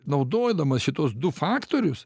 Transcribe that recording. naudodamas šituos du faktorius